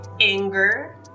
anger